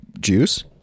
juice